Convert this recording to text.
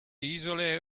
isole